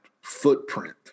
footprint